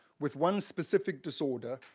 with one specific disorder,